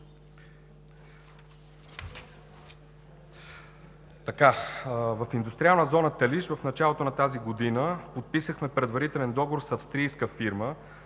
В Индустриална зона Телиш в началото на тази година подписахме предварителен договор с австрийска фирма